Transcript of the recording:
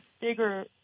bigger